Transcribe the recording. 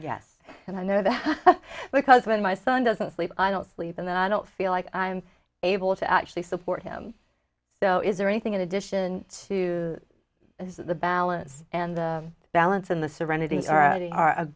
yes and i know that because when my son doesn't sleep i don't sleep and then i don't feel like i'm able to actually support him so is there anything in addition to the balance and balance in the serenity already are a